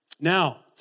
Now